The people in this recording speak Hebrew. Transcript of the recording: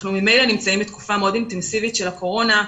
אנחנו נמצאים בתקופה מאוד אינטנסיבית של הקורונה,